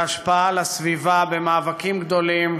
בהשפעה על הסביבה, במאבקים גדולים,